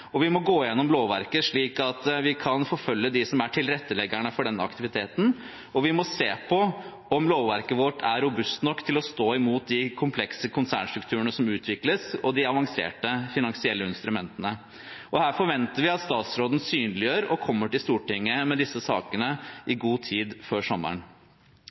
eiere. Vi må gå gjennom lovverket slik at vi kan forfølge dem som er tilretteleggere for denne aktiviteten, og vi må se på om lovverket er robust nok til å stå imot de komplekse konsernstrukturene som utvikles, og de avanserte finansielle instrumentene. Her forventer vi at statsråden synliggjør og kommer til Stortinget med disse sakene i god tid før sommeren.